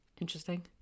interesting